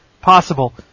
possible